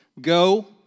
go